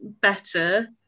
better